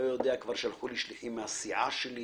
לא יודע, כבר שלחו אלי שליחים מהסיעה שלי